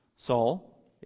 Saul